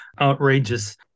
outrageous